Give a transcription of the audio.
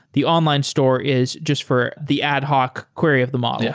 the online store is just for the ad hoc query of the model yeah,